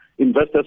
Investors